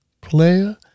Player